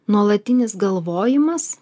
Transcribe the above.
nuolatinis galvojimas